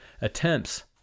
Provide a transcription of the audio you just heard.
attempts